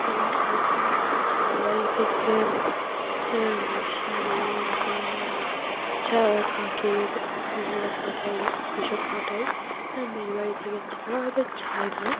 আর এই এখন ছেলের বাড়ি থেকে শাড়ি গয়না যা নাকের যে যা পাঠায় ওইসব পাঠায় আর মেয়ের বাড়ি থেকে ছেলেরা হয়তো চায় না